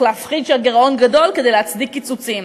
צריך להפחיד שהגירעון גדול כדי להצדיק קיצוצים.